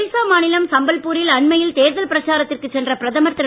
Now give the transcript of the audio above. ஒடிசா மாநிலம் சம்பல்பூரில் அண்மையில் தேர்தல் பிரச்சாரத்திற்கு சென்ற பிரதமர் திரு